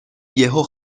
یهو